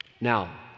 now